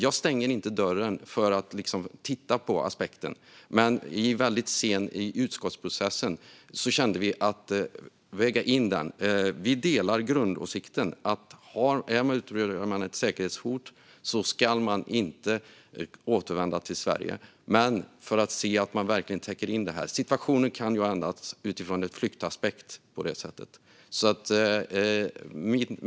Jag stänger inte dörren för att titta på aspekten. Men det kom väldigt sent i utskottsprocessen. Vi delar grundåsikten: Utgör man ett säkerhetshot ska man inte återvända till Sverige. Men det handlar om att se att man verkligen täcker in det här. Situationen kan ju ha ändrats utifrån en flyktaspekt.